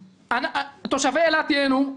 תושבי אילת ייהנו,